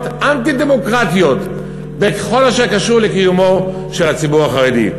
אנטי-דמוקרטיות בכל אשר קשור לקיומו של הציבור החרדי?